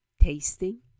tasting